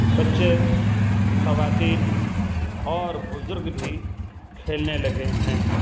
بچے خواتین اور بزرگ بھی کھیلنے لگے ہیں